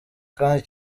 kandi